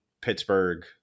Pittsburgh